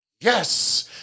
yes